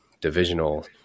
divisional